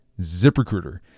ZipRecruiter